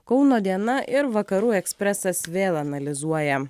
kauno diena ir vakarų ekspresas vėl analizuoja